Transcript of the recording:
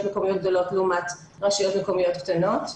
מקומיות גדולות לעומת רשויות מקומיות קטנות,